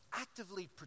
actively